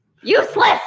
Useless